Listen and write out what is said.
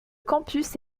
campus